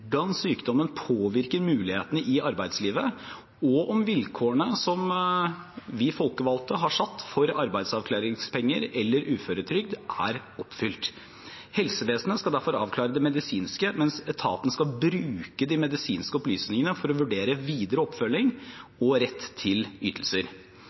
sykdommen påvirker mulighetene i arbeidslivet, og om vilkårene som vi folkevalgte har satt for arbeidsavklaringspenger eller uføretrygd, er oppfylt. Helsevesenet skal derfor avklare det medisinske, mens etaten skal bruke de medisinske opplysningene for å vurdere videre oppfølging og retten til ytelser.